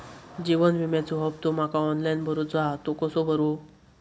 जीवन विम्याचो हफ्तो माका ऑनलाइन भरूचो हा तो कसो भरू?